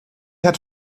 had